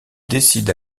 décide